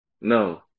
No